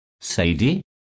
Sadie